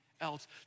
else